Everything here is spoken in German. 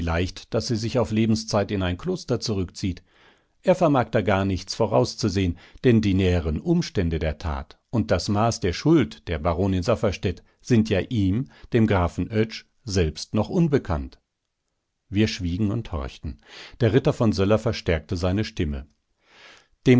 daß sie sich auf lebenszeit in ein kloster zurückzieht er vermag da gar nichts vorauszusehen denn die näheren umstände der tat und das maß der schuld der baronin safferstätt sind ja ihm dem grafen oetsch selbst noch unbekannt wir schwiegen und horchten der ritter von söller verstärkte seine stimme